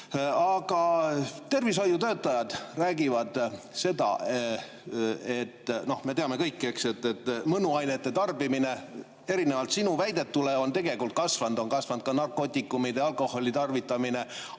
Aga tervishoiutöötajad räägivad seda ja eks me teame seda kõik, et mõnuainete tarbimine erinevalt sinu väidetust on tegelikult kasvanud. On kasvanud ka narkootikumide ja alkoholi tarvitamine,